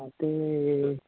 हां ते